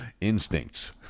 instincts